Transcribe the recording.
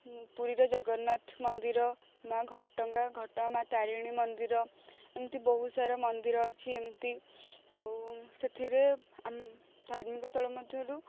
ପୁରୀର ଜଗନ୍ନାଥ ମନ୍ଦିର ମାଁ ଘଟଗାଁ ଘଟଗାଁ ମାଁ ତାରିଣୀ ମନ୍ଦିର ଏମତି ବହୁତ ସାରା ମନ୍ଦିର ଅଛି ଏମତି ଆଉ ସେଥିରେ ଧାର୍ମିକ ସ୍ଥଳ ମଧ୍ୟରୁ